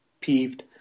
peeved